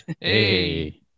hey